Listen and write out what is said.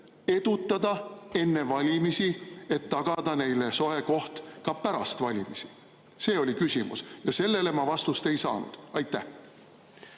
edutada enne valimisi, et tagada neile soe koht ka pärast valimisi? See oli küsimus ja sellele ma vastust ei saanud. Jah.